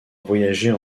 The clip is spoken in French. voyager